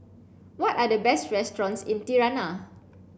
what are the best restaurants in Tirana